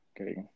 Okay